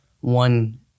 one